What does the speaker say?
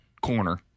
corner